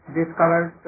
discovered